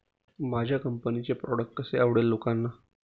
माझ्या कंपनीचे प्रॉडक्ट कसे आवडेल लोकांना?